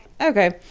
okay